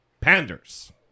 panders